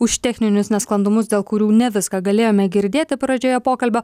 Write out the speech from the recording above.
už techninius nesklandumus dėl kurių ne viską galėjome girdėti pradžioje pokalbio